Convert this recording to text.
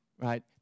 right